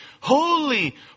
holy